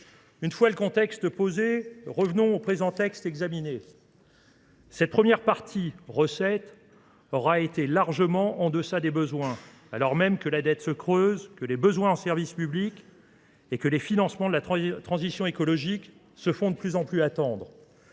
Une fois le contexte posé, revenons au présent texte examiné. Cette première partie recette aura été largement en-deçà des besoins, alors même que la dette se creuse, que les besoins en services publics et que les financements de la transition écologique se font de plus en plus attendre.